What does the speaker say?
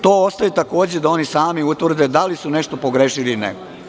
To ostaje takođe da oni sami utvrde da li su nešto pogrešili ili ne.